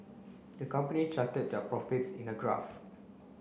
the company charted their profits in a graph